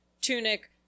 tunic